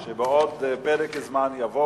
ואז נקיים את הנדר שלנו,